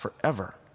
forever